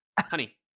honey